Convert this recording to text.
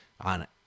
on